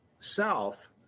south